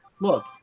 look